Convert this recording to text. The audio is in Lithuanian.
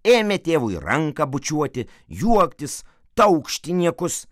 ėmė tėvui ranką bučiuoti juoktis taukšti niekus